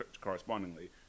correspondingly